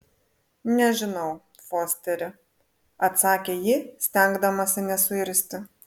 nežinau fosteri atsakė ji stengdamasi nesuirzti